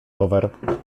rower